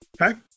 Okay